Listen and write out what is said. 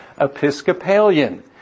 Episcopalian